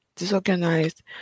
disorganized